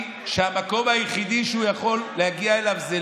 כשהמקום היחיד שהוא יכול להגיע אליו זה,